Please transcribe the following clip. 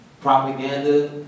propaganda